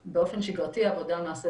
ואני אומרת שבאופן שגרתי העבודה נעשית